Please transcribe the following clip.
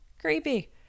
Creepy